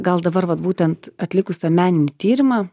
gal dabar vat būtent atlikus tą meninį tyrimą